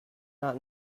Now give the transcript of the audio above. not